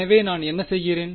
எனவே நான் என்ன செய்கிறேன்